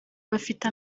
bafite